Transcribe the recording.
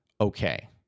okay